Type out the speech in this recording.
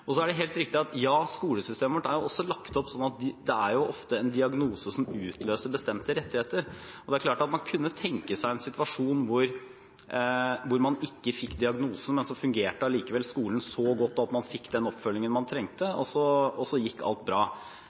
Så er det helt riktig at ja, skolesystemet vårt er også lagt opp sånn at det ofte er en diagnose som utløser bestemte rettigheter. Det er klart at man kunne tenke seg en situasjon hvor man ikke fikk diagnosen, men så fungerte allikevel skolen så godt at man fikk den oppfølgingen man trengte, og så gikk alt bra.